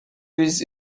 with